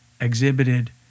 exhibited